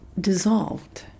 dissolved